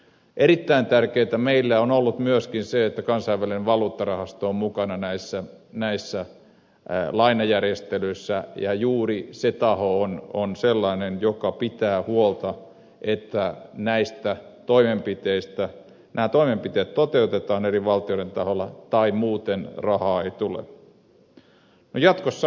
erittäin tärkeätä meille on ollut myöskin se että kansainvälinen valuuttarahasto on mukana näissä lainajärjestelyissä ja juuri se taho on sellainen joka pitää huolta että nämä toimenpiteet toteutetaan eri valtioiden taholla tai muuten rahaa ei tule